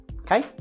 okay